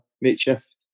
makeshift